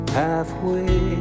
halfway